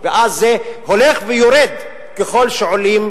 ואז זה הולך ויורד ככל שעולים